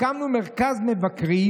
הקמנו מרכז מבקרים,